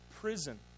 prison